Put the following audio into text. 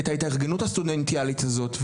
את ההתארגנות הסטודנטיאלית הזאת,